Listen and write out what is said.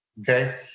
okay